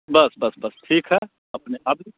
बस बस बस ठीक हय अपने आबियौ